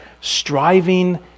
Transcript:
striving